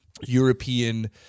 European